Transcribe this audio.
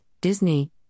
Disney